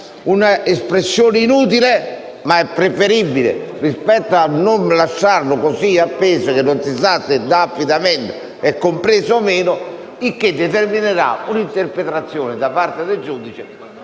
un'espressione inutile, ma è preferibile rispetto al fatto di lasciarlo appeso di modo che non si sa se l'affidamento è compreso o no. Ciò determinerà un'interpretazione da parte del giudice